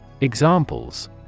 Examples